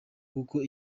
kuko